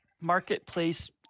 marketplace